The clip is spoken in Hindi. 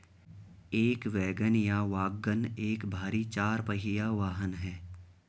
एक वैगन या वाग्गन एक भारी चार पहिया वाहन है